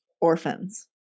orphans